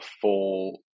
full